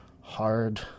hard